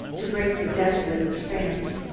to break the desolate expanse,